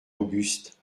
auguste